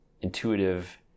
intuitive